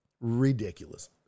Ridiculous